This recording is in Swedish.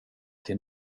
till